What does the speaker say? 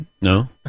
No